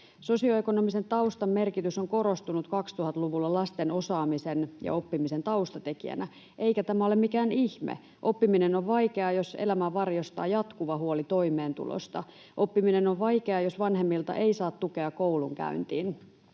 Sosioekonomisen taustan merkitys on korostunut 2000-luvulla lasten osaamisen ja oppimisen taustatekijänä, eikä tämä ole mikään ihme. Oppiminen on vaikeaa, jos elämää varjostaa jatkuva huoli toimeentulosta. Oppiminen on vaikeaa, jos vanhemmilta ei saa tukea koulunkäyntiin,